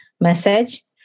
message